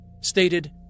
stated